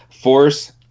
Force